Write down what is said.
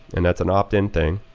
and that's an opt-in thing.